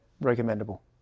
recommendable